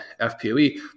FPOE